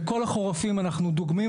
בכל החורפים אנחנו דוגמים,